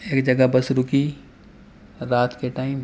ایک جگہ بس رکی رات کے ٹائم